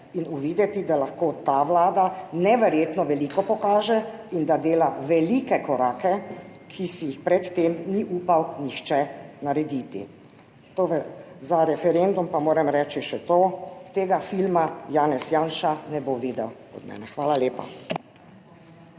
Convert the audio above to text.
in uvideti, da lahko ta Vlada neverjetno veliko pokaže in da dela velike korake, ki si jih pred tem ni upal nihče narediti. To za referendum pa moram reči še to, tega filma Janez Janša ne bo videl od mene. Hvala lepa.